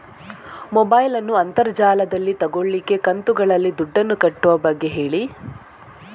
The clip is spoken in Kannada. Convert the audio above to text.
ಮೊಬೈಲ್ ನ್ನು ಅಂತರ್ ಜಾಲದಲ್ಲಿ ತೆಗೋಲಿಕ್ಕೆ ಕಂತುಗಳಲ್ಲಿ ದುಡ್ಡನ್ನು ಕಟ್ಟುವ ಬಗ್ಗೆ ಹೇಳಿ